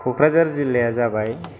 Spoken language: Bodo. कक्राझार जिल्लाया जाबाय